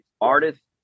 Artists